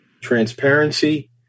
transparency